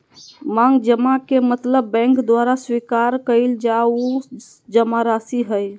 मांग जमा के मतलब बैंक द्वारा स्वीकार कइल गल उ जमाराशि हइ